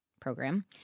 program